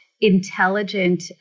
intelligent